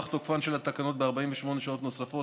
הוארך תוקפן של התקנות ב-48 שעות נוספות,